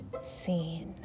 scene